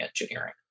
engineering